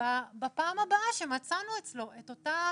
בפעם הבאה שמצאנו אצלו את אותה הפרה.